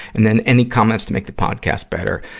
and then, any comments to make the podcast better,